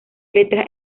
letras